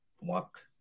walk